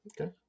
Okay